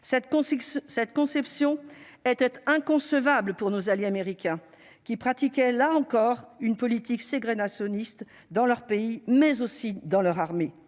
cette conception était inconcevable pour nos alliés américains qui pratiquait là encore une politique s'égrènent à sioniste dans leur pays, mais aussi dans leur armée,